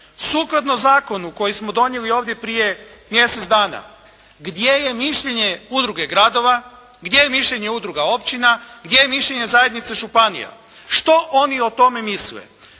Sukladno zakonu koji smo donijeli ovdje prije mjesec dana gdje je mišljenje udruge gradova, gdje je mišljenje udruga općina, gdje je mišljenje zajednice županija. Što oni o tome misle?